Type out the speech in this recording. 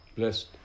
blessed